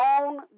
own